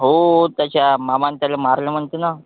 हो त्याच्या मामानं त्याला मारलं म्हणते ना